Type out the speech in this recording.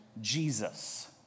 Jesus